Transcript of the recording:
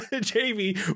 Jamie